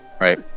Right